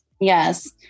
yes